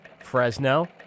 Fresno